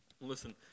Listen